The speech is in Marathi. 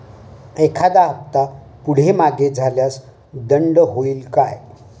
एखादा हफ्ता पुढे मागे झाल्यास दंड होईल काय?